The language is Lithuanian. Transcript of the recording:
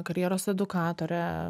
karjeros edukatorė